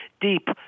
deep